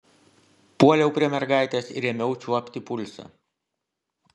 puoliau prie mergaitės ir ėmiau čiuopti pulsą